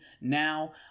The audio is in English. now